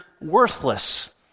worthless